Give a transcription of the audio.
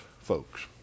folks